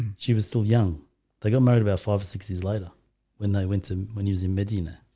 she was still young they got married about five or six days later when they went to when using medina.